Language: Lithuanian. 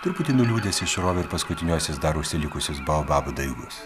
truputį nuliūdęs išrovė ir paskutiniuosius dar užsilikusius baobabų daigus